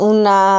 Una